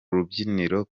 rubyiniro